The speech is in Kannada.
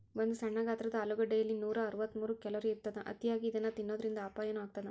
ಒಂದು ಸಣ್ಣ ಗಾತ್ರದ ಆಲೂಗಡ್ಡೆಯಲ್ಲಿ ನೂರಅರವತ್ತಮೂರು ಕ್ಯಾಲೋರಿ ಇರತ್ತದ, ಅತಿಯಾಗಿ ಇದನ್ನ ತಿನ್ನೋದರಿಂದ ಅಪಾಯನು ಆಗತ್ತದ